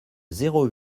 zéro